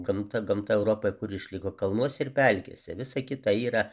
gamta gamta europoj kur išliko kalnuose ir pelkėse visa kita yra